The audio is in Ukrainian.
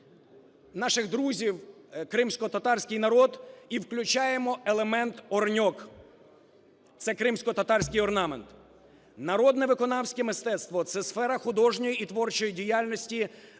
наших друзів - кримськотатарський народ - і включаємо елемент "Орьнек" (це кримськотатарський орнамент). Народне виконавське мистецтво – це сфера художньої і творчої діяльності,